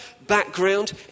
background